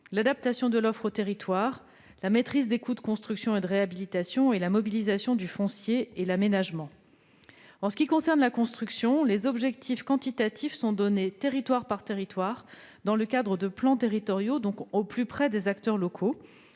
l'adaptation de l'offre aux territoires ; la maîtrise des coûts de construction et de réhabilitation ; la mobilisation du foncier et l'aménagement. Pour ce qui concerne la construction, les objectifs quantitatifs sont donnés territoire par territoire dans le cadre de plans territoriaux, donc au plus près des acteurs locaux.